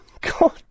god